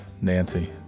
Nancy